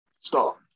stop